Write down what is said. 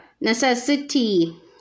necessity